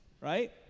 Right